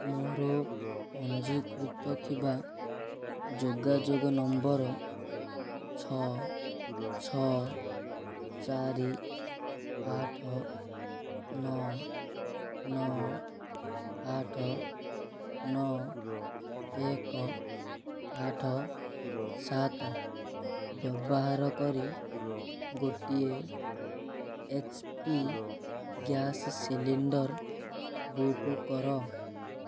ମୋର ପଞ୍ଜୀକୃତ ଥିବା ଯୋଗାଯୋଗ ନମ୍ବର ଛଅ ଛଅ ଚାରି ଆଠ ନଅ ନଅ ଆଠ ନଅ ଏକ ଆଠ ସାତ ବ୍ୟବାହାର କରି ଗୋଟିଏ H P gas cylinder book କର